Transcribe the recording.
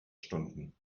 stunden